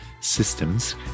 systems